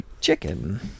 chicken